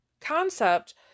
concept